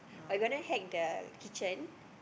but gonna hack the kitchen